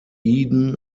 eden